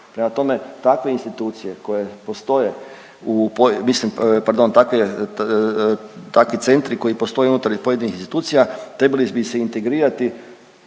Prema tome, takve institucije koje postoje u po…, mislim, pardon takve, takvi centri koji postoje unutar pojedinih institucija trebali bi se integrirati